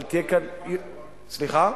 סליחה?